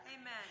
Amen